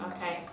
Okay